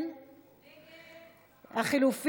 הסתייגות מס'